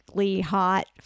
hot